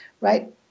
right